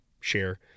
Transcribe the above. share